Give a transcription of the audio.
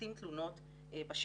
מלקטים תלונות בשטח.